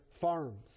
farms